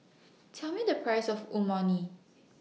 Tell Me The Price of